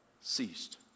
ceased